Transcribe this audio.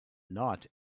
not